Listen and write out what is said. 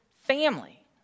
family